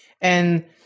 And-